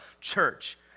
church